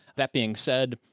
that being said.